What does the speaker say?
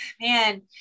Man